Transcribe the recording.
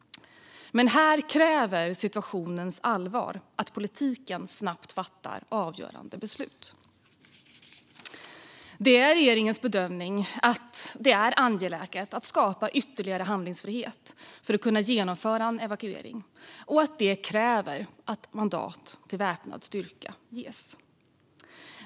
Men situationens allvar kräver att politiken snabbt fattar avgörande beslut. Regeringens bedömning är att det är angeläget att skapa ytterligare handlingsfrihet för att kunna genomföra en evakuering och att det kräver att mandat till väpnad styrka ges.